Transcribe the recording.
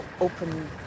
open